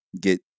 get